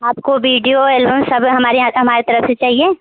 आपको video album सब हमारे यहाँ हमारे तरफ से चाहिए